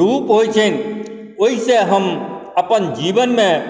रूप होइ छनि ओहिसँ हम अपन जीवनमे